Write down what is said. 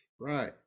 Right